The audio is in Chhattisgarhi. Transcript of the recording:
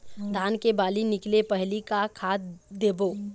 धान के बाली निकले पहली का खाद देबो?